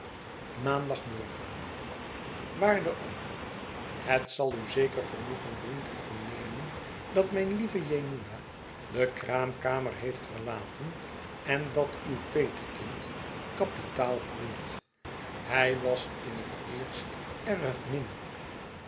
maandagmorgen waarde oom het zal u zeker genoegen doen te vernemen dat mijn lieve jemima de kraamkamer heeft verlaten en dat uw petekind kapitaal groeit hij was in het eerst erg min